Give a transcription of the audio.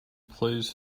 plays